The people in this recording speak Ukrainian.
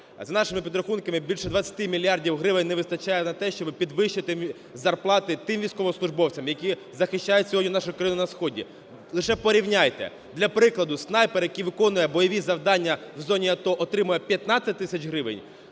За нашими підрахунками більше 20 мільярдів гривень не вистачає на те, щоби підвищити зарплати тим військовослужбовцям, які захищають сьогодні нашу країну на Сході. Лише порівняйте. Для прикладу: снайпер, який виконує бойові завдання в зоні АТО отримує 15 тисяч гривень;